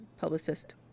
publicist